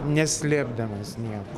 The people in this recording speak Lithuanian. neslėpdamas nieko